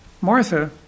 Martha